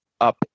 up